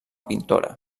pintora